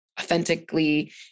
authentically